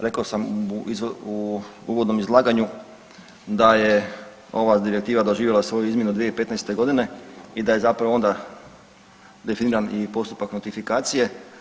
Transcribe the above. Rekao sam u uvodnom izlaganju da je ova direktiva doživjela svoju izmjenu 2015. g. i da je zapravo onda definiran i postupak notifikacije.